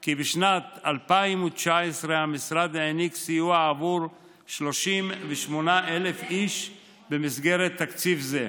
כי בשנת 2019 המשרד העניק סיוע עבור 38,000 איש במסגרת תקציב זה.